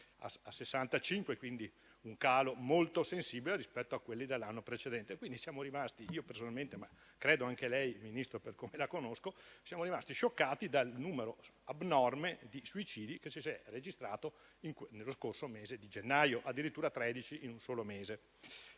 a 65, quindi un calo molto sensibile rispetto a quelli dell'anno precedente. Quindi, siamo rimasti - io personalmente, ma credo anche lei Ministro, per come la conosco - scioccati dal numero abnorme di suicidi che si è registrato nello scorso mese di gennaio: addirittura tredici in un solo mese,